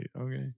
okay